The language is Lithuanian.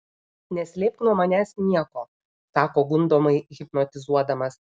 neslėpk nuo manęs nieko sako gundomai hipnotizuodamas